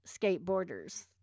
skateboarders